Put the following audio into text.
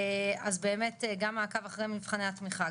אז באמת גם מעקב אחרי מבחני התמיכה,